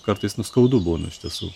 kartais nu skaudu būna iš tiesų